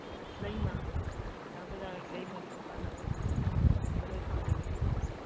ꯂꯩꯃ ꯊꯪꯒꯥꯜ ꯕꯖꯥꯔꯒꯤ ꯂꯩꯃ ꯗꯨꯀꯥꯟꯗ ꯑꯗꯨꯗ ꯂꯣꯏ ꯐꯪꯒꯅꯤ